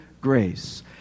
grace